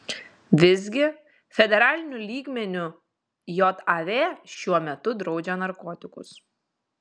visgi federaliniu lygmeniu jav šiuo metu draudžia narkotikus